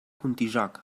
contijoch